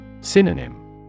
Synonym